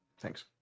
Thanks